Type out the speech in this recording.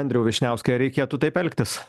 andriau vyšniauskai ar reikėtų taip elgtis